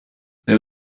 there